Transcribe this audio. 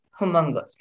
humongous